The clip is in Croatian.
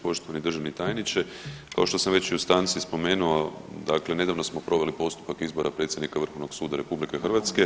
Poštovani državni tajniče, kao što sam već i u stanci spomenuo, dakle nedavno smo proveli postupak izbora predsjednika Vrhovnog suda RH.